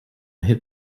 hit